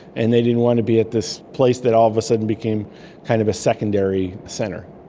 and they didn't want to be at this place that all of a sudden became kind of a secondary centre.